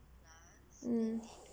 mm